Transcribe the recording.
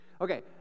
Okay